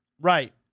Right